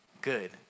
Good